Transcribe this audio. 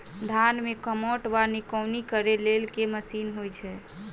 धान मे कमोट वा निकौनी करै लेल केँ मशीन होइ छै?